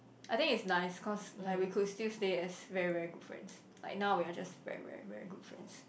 I think it's nice cause like we could still stay as very very good friends like now we are just very very good friends